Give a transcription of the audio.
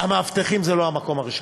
המאבטחים זה לא המקום הראשון.